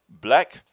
black